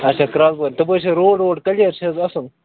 اچھا کرٛالہٕ پورِ تَپٲرۍ چھا روڈ ووڈ کٔلیَر چھِ حظ اصٕل